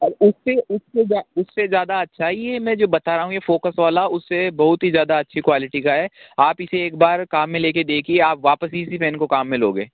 उस उस उस से ज़्यादा अच्छा है ये जो मैं बता रहा हूँ यह फ़ोकस वाला उस से बहुत ही ज़्यादाअच्छी क्वालिटी का है आप इसे एक बार काम में लेके देखिए आप वापस इसी पेन को काम में लोगे